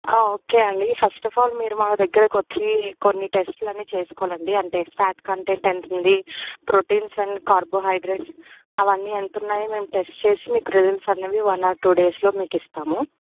okay అండి first of all మీరు మా దగ్గరికి వచ్చి కొన్ని టెస్టులు అన్నీ చేసుకోవాలి అండి అంటే ఫ్యాట్ కంటెంట్ ఎంత ఉంది ప్రోటీన్స్ అండ్ కార్బోహైడ్రేట్స్ అవన్నీ ఎంత ఉన్నాయో మేము టెస్ట్ చేసి మీకు రిసల్ట్స్ అన్నవి వన్ ఆర్ టూ డేస్లో మీకు ఇస్తాము